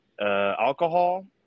Alcohol